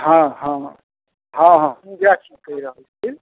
हॅं हॅं हॅं हॅं इएह चीज कहि रहल छी